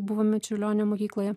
buvome čiurlionio mokykloje